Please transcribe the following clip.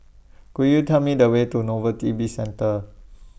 Could YOU Tell Me The Way to Novelty Bizcentre